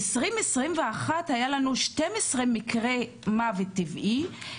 ב-2021 היו לנו 12 מקרי מוות טבעי,